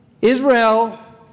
Israel